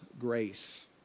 grace